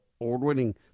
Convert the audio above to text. award-winning